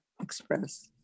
express